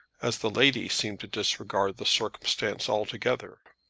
as the lady seemed to disregard the circumstances altogether.